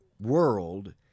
world